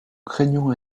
craignons